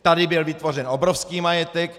Tady byl vytvořen obrovský majetek!